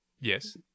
Yes